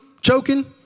choking